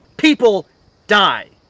people die!